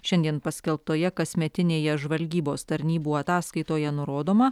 šiandien paskelbtoje kasmetinėje žvalgybos tarnybų ataskaitoje nurodoma